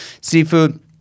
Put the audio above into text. seafood